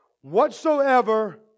whatsoever